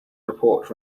report